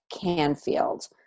Canfield